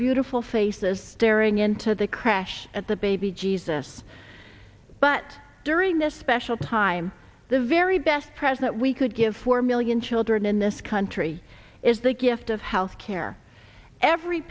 beautiful faces staring into the crash at the baby jesus but during this special time the very best present we could give four million children in this country is the gift of house care every